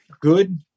good